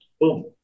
Boom